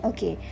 Okay